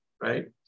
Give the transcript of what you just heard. right